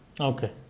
Okay